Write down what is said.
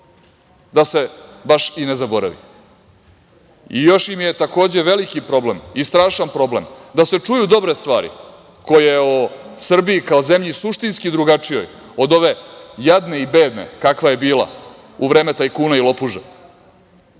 da se baš i ne zaboravi. Još im je veliki i strašan problem da se čuju dobre stvari koje o Srbiji kao zemlji suštinski drugačijoj od ove jadne i bedne kakva je bila u vreme tajkuna i lopuža,